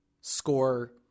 Score